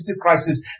crisis